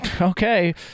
okay